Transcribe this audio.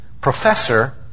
professor